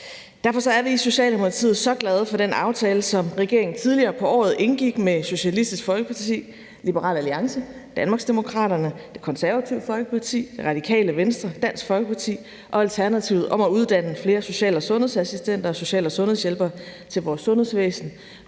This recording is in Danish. Derfor er vi i Socialdemokratiet så glade for den aftale, som regeringen tidligere på året indgik med Socialistisk Folkeparti, Liberal Alliance, Danmarksdemokraterne, Det Konservative Folkeparti, Radikale Venstre, Dansk Folkeparti og Alternativet om at uddanne flere social- og sundhedsassistenter og social-